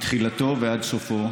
מתחילתו ועד סופו,